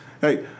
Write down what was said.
Hey